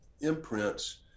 imprints